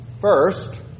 First